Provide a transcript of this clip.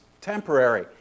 temporary